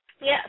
Yes